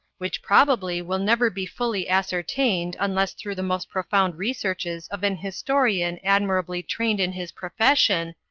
which probably will never be fully ascertained unless through the most profound researches of an historian admirably trained in his profession,